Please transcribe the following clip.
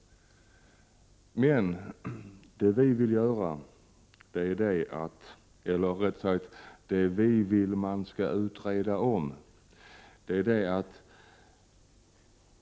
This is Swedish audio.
Men det är på denna punkt som vi vill ha en utredning.